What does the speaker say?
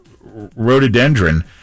rhododendron